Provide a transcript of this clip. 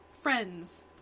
friends